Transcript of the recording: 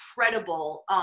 incredible